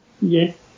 Yes